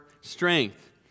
strength